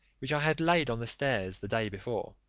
which i had laid on the stairs the day before,